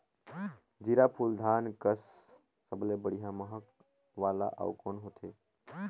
जीराफुल धान कस सबले बढ़िया महक वाला अउ कोन होथै?